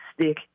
Stick